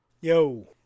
Yo